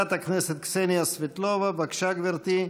חברת הכנסת קסניה סבטלובה, בבקשה, גברתי.